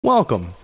Welcome